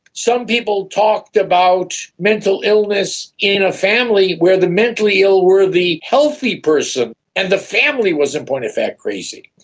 some people talked about mental illness in a family where the mentally ill were the healthy person and the family was in point of fact crazy.